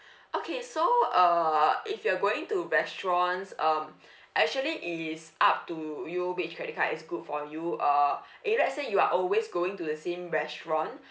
okay so err if you're going to restaurants um actually is up to you which credit card is good for you uh if let's say you are always going to the same restaurant